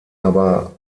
aber